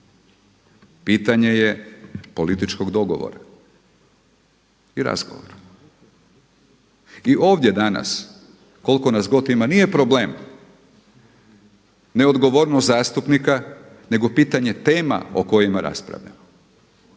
pitanje je političkog dogovora i razgovora. I ovdje danas koliko god nas ima nije problem neodgovornost zastupnika nego pitanje tema o kojima raspravljamo,